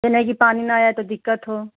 ये नहीं कि पानी ना आए तो दिक्कत हो